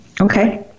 okay